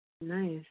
Nice